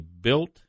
built